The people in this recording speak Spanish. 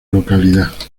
localidad